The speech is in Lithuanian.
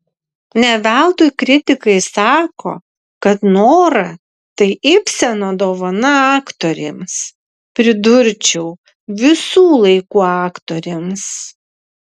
ne veltui kritikai sako kad nora tai ibseno dovana aktorėms pridurčiau visų laikų aktorėms